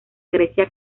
grecia